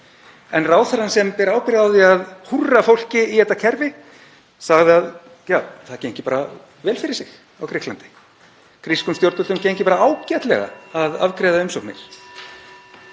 En ráðherrann sem ber ábyrgð á því að húrra fólki í þetta kerfi sagði að það gengi bara vel fyrir sig á Grikklandi, grískum stjórnvöldum gengi bara ágætlega að afgreiða umsóknir.